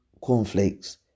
cornflakes